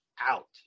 out